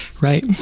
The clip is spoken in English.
Right